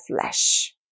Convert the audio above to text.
flesh